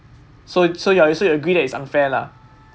so so you‘re so you agree that is unfair lah